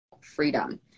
freedom